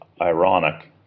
ironic